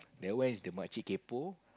that one is the much kaypoh